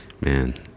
Man